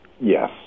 Yes